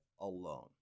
alone